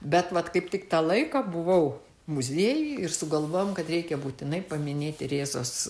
bet vat kaip tik tą laiką buvau muziejuj ir sugalvojom kad reikia būtinai paminėti rėzos